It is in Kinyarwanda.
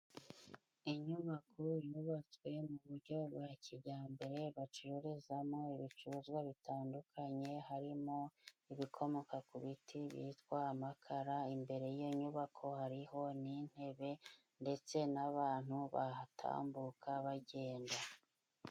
Inyubako yubatswe mu buryo bwa kijyambere bacururizamo ibicuruzwa bitandukanye, harimo ibikomoka ku biti bitwa amakara, imbere y'inyubako hariho n'intebe ndetse n'abantu bahatambuka bagenda.